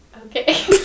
Okay